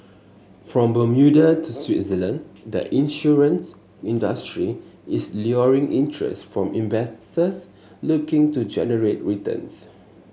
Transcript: from Bermuda to Switzerland the insurance industry is luring interest from investors looking to generate returns